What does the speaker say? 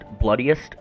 bloodiest